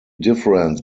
difference